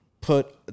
put